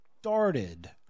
started